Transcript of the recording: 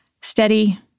steady